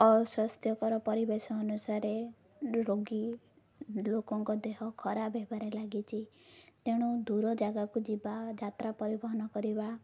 ଅସ୍ୱାସ୍ଥ୍ୟକର ପରିବେଶ ଅନୁସାରେ ରୋଗୀ ଲୋକଙ୍କ ଦେହ ଖରାପ ହେବାରେ ଲାଗିଛି ତେଣୁ ଦୂର ଜାଗାକୁ ଯିବା ଯାତ୍ରା ପରିବହନ କରିବା